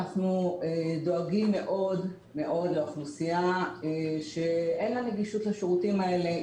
אנחנו דואגים מאוד מאוד לאוכלוסייה שאין לה נגישות לשירותים האלה.